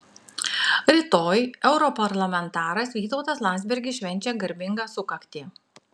rytoj europarlamentaras vytautas landsbergis švenčia garbingą sukaktį